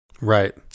Right